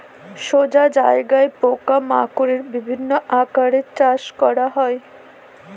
সোজা জায়গাত পোকা মাকড়ের বিভিন্ন আকারে চাষ করা হয়